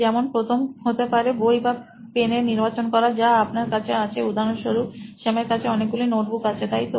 যেমন প্রথম হতে পারে বই বা পেনের নির্বাচন করা যা আপনার কাছে আছে উদাহরণস্বরূপ স্যামের কাছে অনেকগুলি নোটবুকে আছেতাইতো